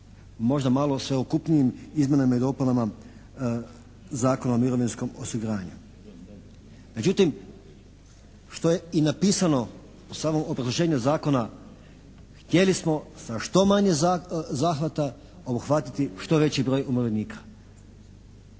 možda malo sveokupnijim izmjenama i dopunama Zakona o mirovinskom osiguranju. Međutim, što je i napisano u samom obrazloženju zakona, htjeli smo sa što manje zahvata obuhvatiti što veći broj umirovljenika.